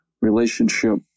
relationship